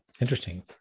Interesting